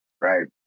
Right